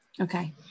Okay